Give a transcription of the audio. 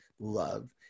love